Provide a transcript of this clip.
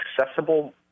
accessible